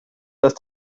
dass